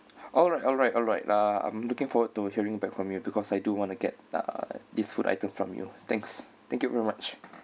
alright alright alright uh I'm looking forward to hearing back from you because I do want to get uh this food items from you thanks thank you very much